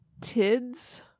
Tids